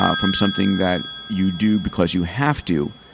um from something that you do because you have to,